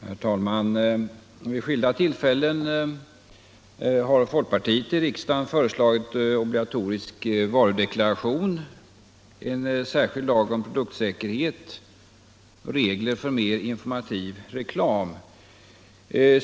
Herr talman! Vid skilda tillfällen har folkpartiet i riksdagen föreslagit obligatorisk varudeklaration, en särskild lag om produktsäkerhet samt regler för mer informativ reklam.